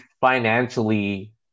financially